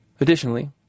Additionally